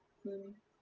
mm